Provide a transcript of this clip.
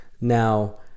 Now